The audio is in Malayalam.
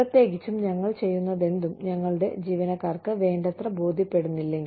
പ്രത്യേകിച്ചും ഞങ്ങൾ ചെയ്യുന്നതെന്തും ഞങ്ങളുടെ ജീവനക്കാർക്ക് വേണ്ടത്ര ബോധ്യപ്പെടുന്നില്ലെങ്കിൽ